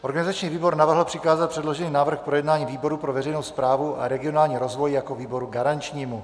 Organizační výbor navrhl přikázat předložený návrh k projednání výboru pro veřejnou správu a regionální rozvoj jako výboru garančnímu.